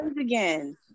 again